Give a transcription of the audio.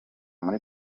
muri